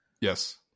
Yes